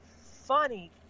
Funny